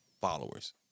followers